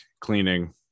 cleaning